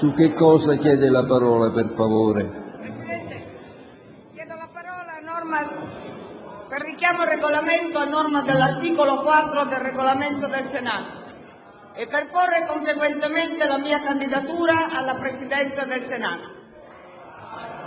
BONINO. Chiedo la parola per un richiamo al Regolamento, a norma dell'articolo 4 del Regolamento del Senato, e per porre conseguentemente la mia candidatura alla Presidenza del Senato.